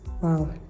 Wow